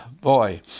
Boy